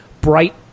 bright